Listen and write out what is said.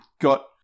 got